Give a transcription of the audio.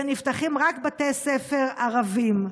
ונפתחים רק בתי ספר ערביים.